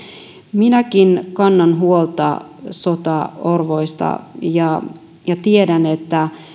minäkin kannan huolta sotaorvoista ja ja tiedän että